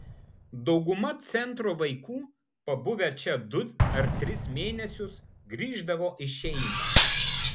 dauguma centro vaikų pabuvę čia du ar tris mėnesius grįždavo į šeimą